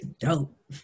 dope